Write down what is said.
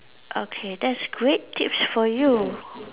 okay that's great tips for you